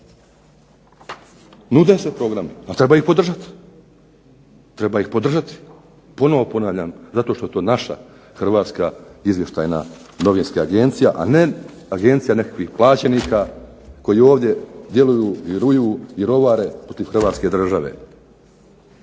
Nude se programi, ali treba ih podržati, treba ih podržati. Ponovo ponavljam zato što je to naša Hrvatska izvještajna novinska agencija, a ne agencija nekakvih plaćenika koji ovdje djeluju i ruju i rovare protiv Hrvatske države.